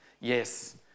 Yes